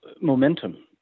momentum